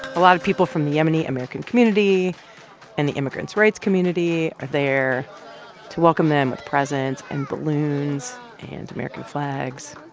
a lot of people from the yemeni-american community and the immigrants' rights community are there to welcome them with presents and balloons and american flags.